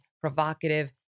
provocative